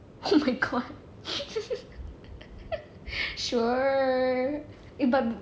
oh my god sure eh but